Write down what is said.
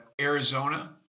Arizona